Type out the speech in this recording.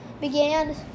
began